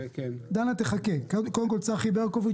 בדיעבד.